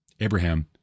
Abraham